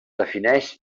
defineix